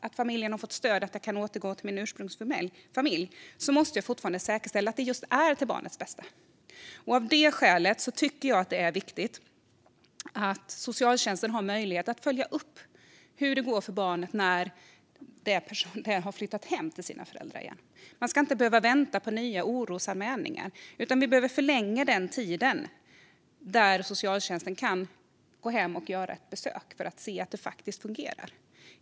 När familjen har fått stöd och barnet kan återgå till sin ursprungsfamilj måste man fortfarande säkerställa att det just är till barnets bästa. Av det skälet tycker jag att det är viktigt att socialtjänsten har möjlighet att följa upp hur det går för barnet när det har flyttat hem till sina föräldrar igen. Man ska inte behöva vänta på nya orosanmälningar, utan vi behöver förlänga den tid då socialtjänsten kan göra ett hembesök för att se att det faktiskt fungerar.